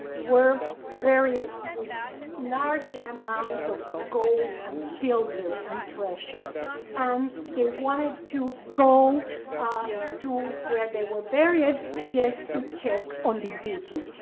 were buried with large amounts of gold and silver and treasure and they wanted to go ah to where they were buried just to check on the booty.